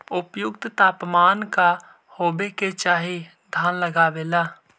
उपयुक्त तापमान का होबे के चाही धान लगावे ला?